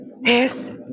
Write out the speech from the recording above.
yes